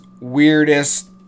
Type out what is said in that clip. weirdest